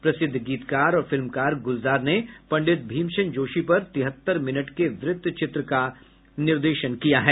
प्रसिद्ध गीतकार और फिल्मकार गुलजार ने पंडित भीमसेन जोशी पर तिहत्तर मिनट के वृत्तचित्र का निर्देशन किया है